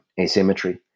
asymmetry